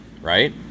right